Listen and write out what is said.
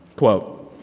quote,